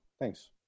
thanks